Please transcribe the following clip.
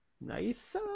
Nice